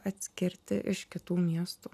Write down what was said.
atskirti iš kitų miestų